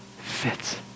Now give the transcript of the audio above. fits